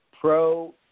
pro